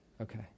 Okay